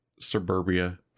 Suburbia